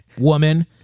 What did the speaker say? woman